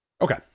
Okay